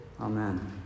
Amen